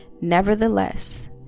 nevertheless